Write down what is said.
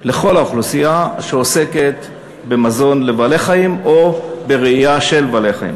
לכל האוכלוסייה שעוסקת במזון לבעלי-חיים או ברעייה של בעלי-חיים.